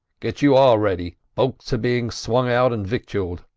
get you all ready boats are being swung out and victualled.